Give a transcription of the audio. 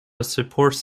supports